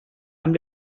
amb